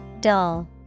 Dull